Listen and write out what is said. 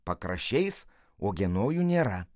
pakraščiais uogienojų nėra